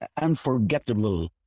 unforgettable